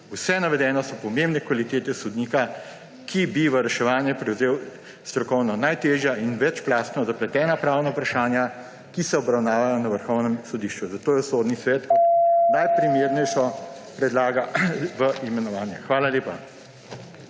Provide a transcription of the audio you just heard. Vse navedeno so pomembne kvalitete sodnika, ki bi v reševanje prevzel strokovno najtežja in večplastno zapletena pravna vprašanja, ki se obravnavajo na Vrhovnem sodišču. Zato jo Sodni svet kot najprimernejšo predlaga v imenovanje. Hvala lepa.